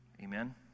Amen